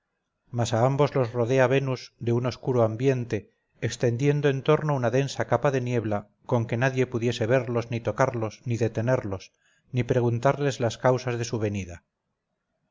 a ambos los rodea venus de un oscuro ambiente extendiendo en torno una densa capa de niebla con que nadie pudiese verlos ni tocarlos ni detenerlos ni preguntarles las causas de su venida